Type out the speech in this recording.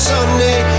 Sunday